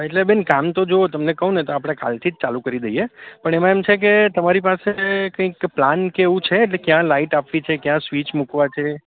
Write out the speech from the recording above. એટલે બેન કામ તો જુઓ તમને કહું ને તો આપણે કાલથી જ ચાલું કરી દઈએ પણ એમાં એમ છે કે તમારી પાસે કંઈક પ્લાન કે એવું એટલે ક્યાં લાઇટ આપવી છે ક્યાં સ્વિચ મૂકવાં છે